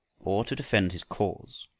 or to defend his cause.